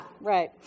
right